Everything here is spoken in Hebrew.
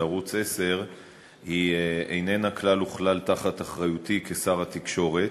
ערוץ 10 איננה כלל וכלל תחת אחריותי כשר התקשורת.